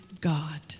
God